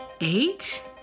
Eight